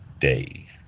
day